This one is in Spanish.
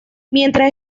mientras